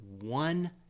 one